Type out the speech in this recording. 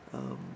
um